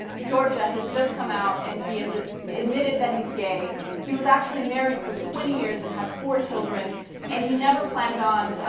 georgia has just come out and he is it admitted that he's gay he was actually married for twenty years and have four children and he never planned on